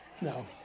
No